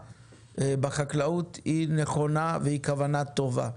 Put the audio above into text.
בחקלאות היא נכונה והיא כוונה טובה,